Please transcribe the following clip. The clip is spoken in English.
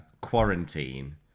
quarantine